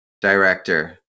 director